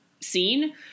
scene